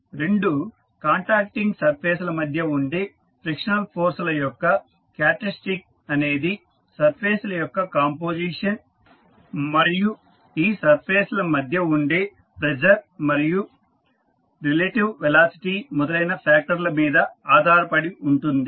రెండు contacting surface ల మధ్య ఉండే ఫ్రిక్షనల్ ఫోర్స్ ల యొక్క క్యారక్టరిస్టిక్ అనేది సర్ఫేస్ ల యొక్క కంపోసిషన్ మరియు ఈ సర్ఫేస్ ల మధ్య ఉండే ప్రెజర్ మరియు రిలేటివ్ వెలాసిటీ మొదలైన ఫ్యాక్టర్ ల మీద ఆధారపడి ఉంటుంది